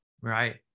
right